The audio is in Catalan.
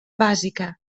bàsica